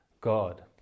God